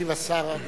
ישיב השר.